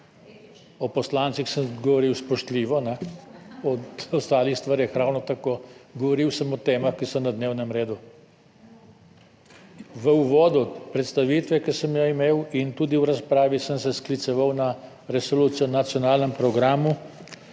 O poslancih sem govoril spoštljivo, o ostalih stvareh ravno tako. Govoril sem o temah, ki so na dnevnem redu. V uvodu predstavitve, ki sem jo imel in tudi v razpravi sem se skliceval na Resolucijo o nacionalnem programu